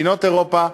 מדינות אירופה,